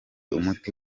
umuti